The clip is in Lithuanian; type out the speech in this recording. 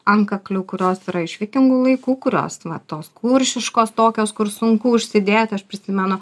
antkaklių kurios yra iš vikingų laikų kurios na tos kuršiškos tokios kur sunku užsidėti aš prisimenu